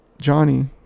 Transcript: Johnny